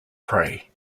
prey